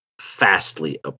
fastly